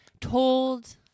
told